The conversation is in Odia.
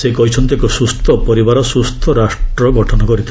ସେ କହିଛନ୍ତି ଏକ ସୁସ୍ଥ ପରିବାର ସୁସ୍ଥ ରାଷ୍ଟ୍ର ଗଠନ କରିଥା